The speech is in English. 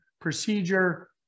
procedure